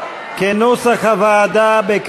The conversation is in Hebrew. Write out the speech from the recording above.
כהצעת הוועדה,